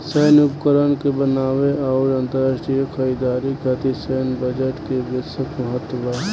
सैन्य उपकरण के बनावे आउर अंतरराष्ट्रीय खरीदारी खातिर सैन्य बजट के बिशेस महत्व बा